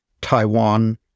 Taiwan